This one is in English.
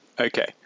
Okay